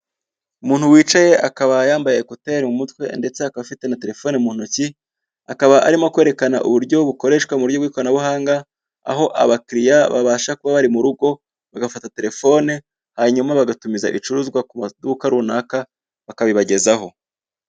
Umuntu wicaye akaba yambaye ekuteri mumutwe, ndetse afite na terefone muntoki, akaba arimo kwerekana uburyo bukoreshwa muburyo bw'ikoranabuhanga aho abakiriya babasha kuba bari murugo bagafata terefone hanyuma bagatumiza ibicuruzwa ku maduka runaka, bakabibagezaho.